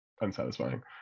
unsatisfying